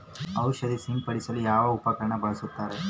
ಔಷಧಿ ಸಿಂಪಡಿಸಲು ಯಾವ ಉಪಕರಣ ಬಳಸುತ್ತಾರೆ?